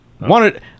Wanted